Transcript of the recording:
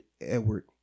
Edward